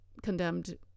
Condemned